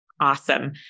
awesome